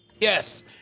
Yes